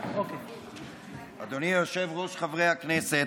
אדוני היושב-ראש, חברי הכנסת,